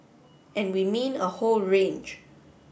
and we mean a whole range